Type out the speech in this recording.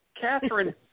Catherine